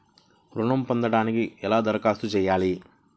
ఋణం పొందటానికి ఎలా దరఖాస్తు చేయాలి?